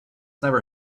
never